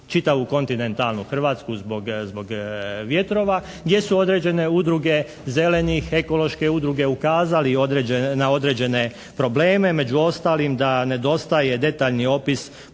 čitavu kontinentalnu Hrvatsku zbog vjetrova, gdje su određene Udruge zelenih, ekološke udruge ukazali na određene probleme. Među ostalim da nedostaje detaljni opis